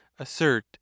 assert